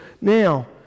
Now